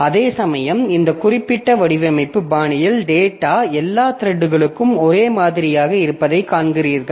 அதேசமயம் இந்த குறிப்பிட்ட வடிவமைப்பு பாணியில் டேட்டா எல்லா த்ரெட்களுக்கும் ஒரே மாதிரியாக இருப்பதை காண்கிறீர்கள்